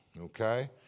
Okay